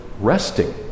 resting